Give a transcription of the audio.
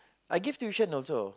I give tuition also